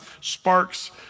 sparks